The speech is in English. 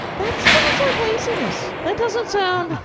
that sounds like laziness! that doesn't sound.